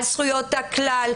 על זכויות הכלל,